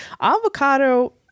Avocado